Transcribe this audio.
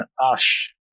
Ash